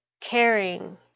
caring